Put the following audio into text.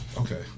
Okay